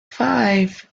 five